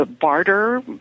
barter